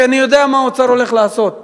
כי אני יודע מה האוצר מתכוון לעשות.